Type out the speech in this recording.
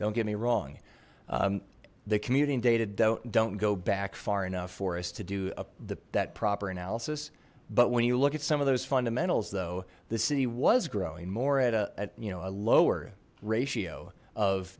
don't get me wrong the commuting data don't don't go back far enough for us to do that proper analysis but when you look at some of those fundamentals though the city was growing more at a you know a lower ratio of